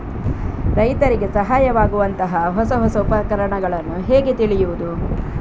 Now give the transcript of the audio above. ರೈತರಿಗೆ ಸಹಾಯವಾಗುವಂತಹ ಹೊಸ ಹೊಸ ಉಪಕರಣಗಳನ್ನು ಹೇಗೆ ತಿಳಿಯುವುದು?